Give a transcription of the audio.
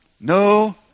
No